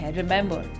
remember